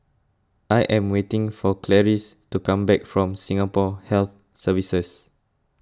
I am waiting for Clarice to come back from Singapore Health Services